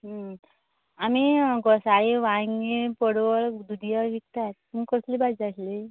आमी गोसाळीं वांगी पडवळ दुधी विकताय तुमकां कसली भाजी जाय आसली